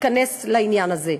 תיכנס לעניין הזה.